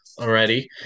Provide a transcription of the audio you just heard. already